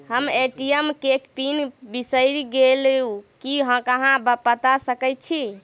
हम ए.टी.एम केँ पिन बिसईर गेलू की अहाँ बता सकैत छी?